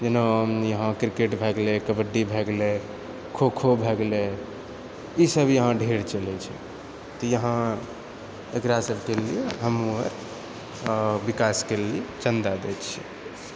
जेना यहाँ क्रिकेट भए गेलै कबड्डी भए गेलै खो खो भए गेलै ई सभ यहाँ ढेर चलै छै तऽ यहाँ एकरा सभके लिअऽ हमहुँ विकासके लिअऽ चन्दा देइ छिऐ